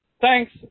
thanks